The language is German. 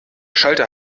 schalter